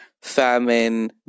famine